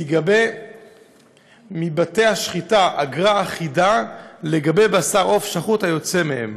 תיגבה מבתי השחיטה אגרה אחידה לגבי בשר עוף שחוט היוצא מהם.